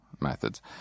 methods